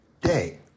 day